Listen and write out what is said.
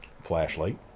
Flashlight